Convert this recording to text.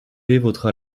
votera